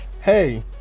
Hey